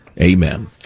Amen